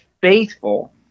faithful